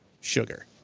sugar